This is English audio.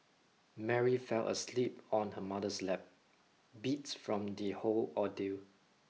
Mary fell asleep on her mother's lap beats from the whole ordeal